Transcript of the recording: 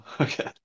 okay